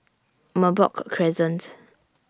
Merbok Crescent